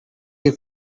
you